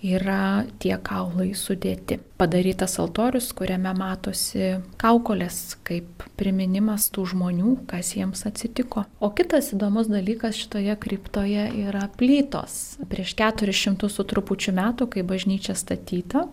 yra tie kaulai sudėti padarytas altorius kuriame matosi kaukolės kaip priminimas tų žmonių kas jiems atsitiko o kitas įdomus dalykas šitoje kriptoje yra plytos prieš keturis šimtus su trupučiu metų kai bažnyčia statyta